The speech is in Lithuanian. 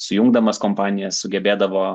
sujungdamas kompanijas sugebėdavo